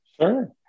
Sure